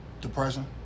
depression